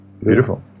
Beautiful